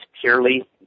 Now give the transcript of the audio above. purely